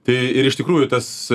tai ir iš tikrųjų tas